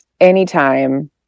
anytime